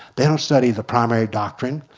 they don't study the primary doctrine.